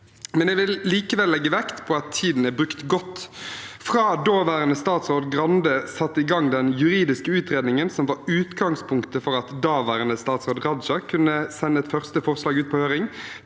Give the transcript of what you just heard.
veien. Jeg vil likevel legge vekt på at tiden er brukt godt, helt fra daværende statsråd Grande satte i gang den juridiske utredningen som var utgangspunktet for at daværende statsråd Raja kunne sende et første forslag ut på høring,